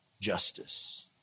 justice